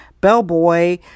bellboy